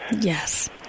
Yes